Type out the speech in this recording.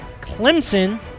Clemson